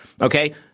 Okay